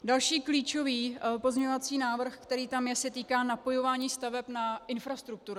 Další klíčový pozměňovací návrh, který tam je, se týká napojování staveb na infrastrukturu.